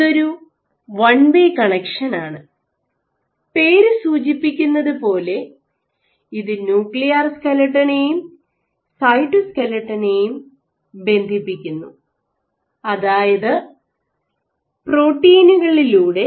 ഇതൊരു വൺവേ കണക്ഷനാണ് പേരു സൂചിപ്പിക്കുന്നതുപോലെ ഇത് ന്യൂക്ലിയർ സ്കേലേട്ടനെയും സൈറ്റോസ്കേലേട്ടനെയും ബന്ധിപ്പിക്കുന്നു അതായത് പ്രോട്ടീനുകളിലൂടെ